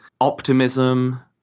optimism